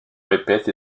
répète